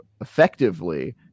effectively